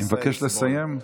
אני מבקש לסיים.